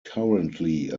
currently